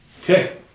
Okay